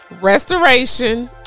restoration